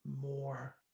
more